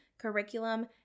curriculum